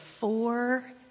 four